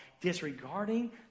disregarding